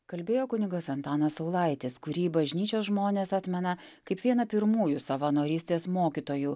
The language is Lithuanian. kalbėjo kunigas antanas saulaitis kurį bažnyčios žmonės atmena kaip vieną pirmųjų savanorystės mokytojų